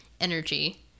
energy